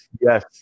yes